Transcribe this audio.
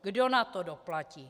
Kdo na to doplatí?